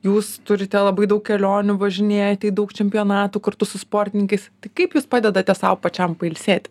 jūs turite labai daug kelionių važinėjat į daug čempionatų kartu su sportininkais tai kaip jūs padedate sau pačiam pailsėti